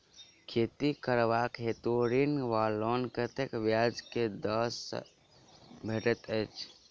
खेती करबाक हेतु ऋण वा लोन कतेक ब्याज केँ दर सँ भेटैत अछि?